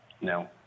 No